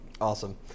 Awesome